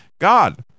God